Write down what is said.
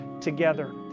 together